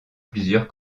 plusieurs